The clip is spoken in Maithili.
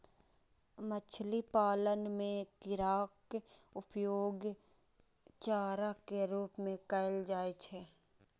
मछली पालन मे कीड़ाक उपयोग चारा के रूप मे कैल जाइ छै